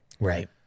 right